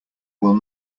will